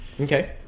Okay